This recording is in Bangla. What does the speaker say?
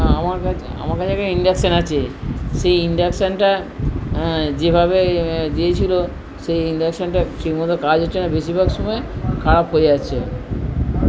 আমার কাছে আমার কাছে একটা ইন্ডাকশান আছে সেই ইন্ডাকশানটা যেভাবে দিয়েছিলো সেই ইন্ডাকশানটা ঠিক মতো কাজ হচ্ছে না বেশিরভাগ সময় খারাপ হয়ে যাচ্ছে